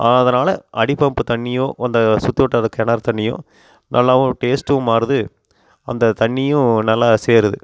அதனால் அடி பம்ப்பு தண்ணியோ அந்த சுற்று வட்டார கிணறு தண்ணியோ நல்லாகவும் டேஸ்ட்டும் மாறுது அந்த தண்ணியும் நல்லா சேருது